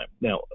Now